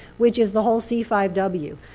which is the whole c five w.